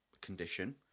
condition